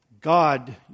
God